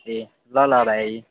ए ल ल भाइ